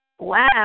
wow